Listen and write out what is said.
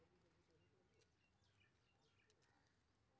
जमा आ निवेश में मतलब कि होई छै?